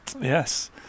Yes